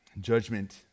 Judgment